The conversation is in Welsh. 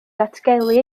datgelu